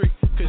cause